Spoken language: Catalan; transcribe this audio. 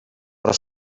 però